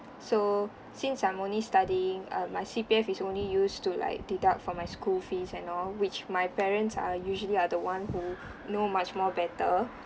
so since I'm only studying uh my C_P_F is only used to like deduct for my school fees and all which my parents are usually are the one who know much more better